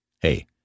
Hey